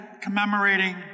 commemorating